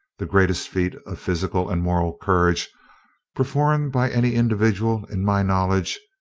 the greatest feat of physical and moral courage performed by any individual, in my knowledge,